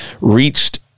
reached